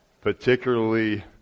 particularly